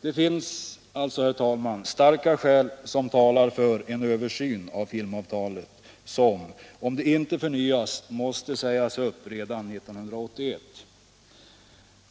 Det finns alltså, herr talman, starka skäl som talar för en översyn av filmavtalet, som om det inte förnyas måste sägas upp redan 1981.